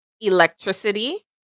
electricity